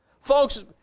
folks